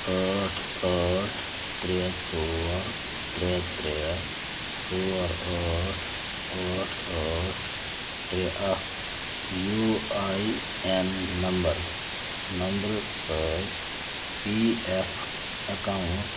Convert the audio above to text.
ٲٹھ ٲٹھ ترٛےٚ ژور ترٛےٚ ترٚےٚ ژور ٲٹھ ٲٹھ ٲٹھ ترٛےٚ اکھ یوٗ آی ایٚن نمبر نمبرٕ سۭتۍ پی ایٚف ایٚکاوُنٛٹ